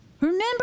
Remember